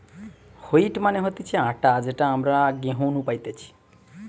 wheat মানে হতিছে আটা যেটা আমরা গেহু নু পাইতেছে